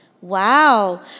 Wow